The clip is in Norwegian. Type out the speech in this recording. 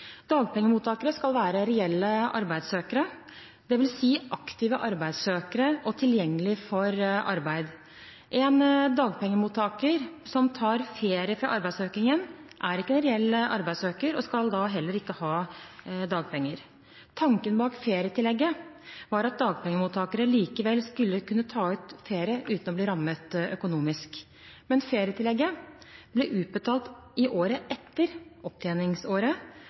Dagpengemottakere skal være reelle arbeidssøkere, dvs. aktive arbeidssøkere og tilgjengelig for arbeid. En dagpengemottaker som tar ferie fra arbeidssøkingen, er ikke en reell arbeidssøker og skal da heller ikke ha dagpenger. Tanken bak ferietillegget var at dagpengemottakere likevel skulle kunne ta ferie uten å bli rammet økonomisk. Men ferietillegget ble utbetalt i året etter opptjeningsåret.